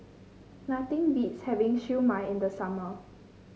nothing beats having Siew Mai in the summer